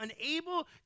unable